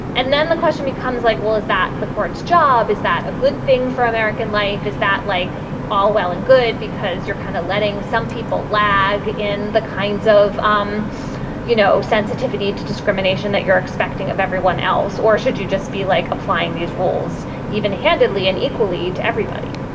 and then the question becomes like, well, is that the court's job? is that a good thing for american life? is that, like all well and good because you're kind of letting some people lag in the kinds of, um you know, sensitivity to discrimination that you're expecting of everyone else? or should you just be like applying these rules even handedly and equally to everybody?